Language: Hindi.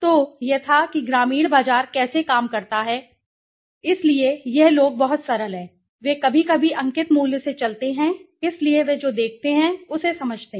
तो यह था कि ग्रामीण बाजार कैसे काम करता है इसलिए यह लोग बहुत सरल हैं वे कभी कभी अंकित मूल्य से चलते हैं इसलिए वे जो देखते हैं उसे समझते हैं